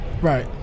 Right